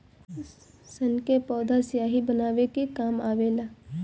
सन के पौधा स्याही बनावे के काम आवेला